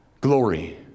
glory